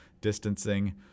distancing